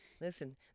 Listen